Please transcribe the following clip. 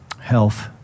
health